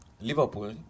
Liverpool